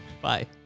Bye